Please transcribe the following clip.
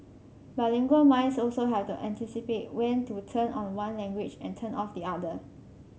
bilingual minds also have to anticipate when to turn on one language and turn off the other